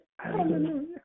Hallelujah